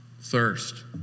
thirst